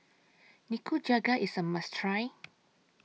Nikujaga IS A must Try